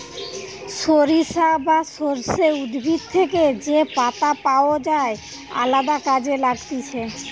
সরিষা বা সর্ষে উদ্ভিদ থেকে যে পাতা পাওয় যায় আলদা কাজে লাগতিছে